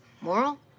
moral